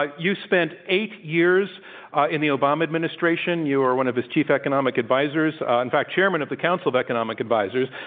ah you spent eight years in the obama administration. you were one of his chief economic advisers, ah in fact, chairman of the council of economic advisers.